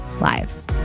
lives